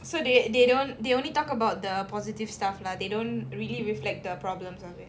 so they they don't they only talk about the positive stuff lah they don't really reflect the problems of it